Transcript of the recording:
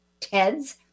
TEDS